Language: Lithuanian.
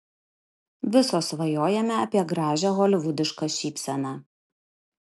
visos svajojame apie gražią holivudišką šypseną